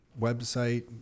Website